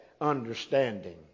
understanding